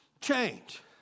Change